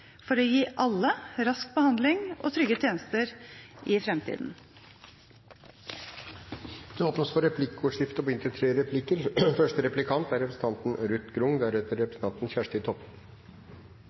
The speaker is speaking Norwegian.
for å gi alle rask behandling og trygge tjenester i framtiden. Det blir replikkordskifte. På